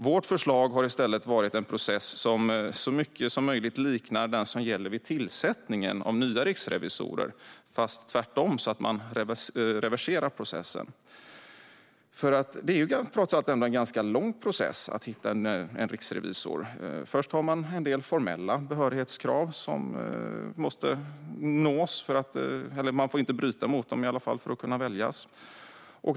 Vårt förslag har i stället varit en process som så mycket som möjligt liknar den som gäller vid tillsättningen av nya riksrevisorer, fast tvärtom, så att man reverserar processen. Det är trots allt en ganska lång process att tillsätta en riksrevisor. Först finns det en del formella behörighetskrav som måste uppfyllas för att man ska kunna väljas.